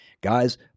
Guys